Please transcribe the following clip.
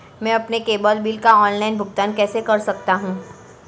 मैं अपने cable bill का ऑनलाइन भुगतान कैसे कर सकता हूं?